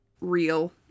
real